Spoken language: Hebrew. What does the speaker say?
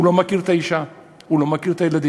הוא לא מכיר את האישה, הוא לא מכיר את הילדים.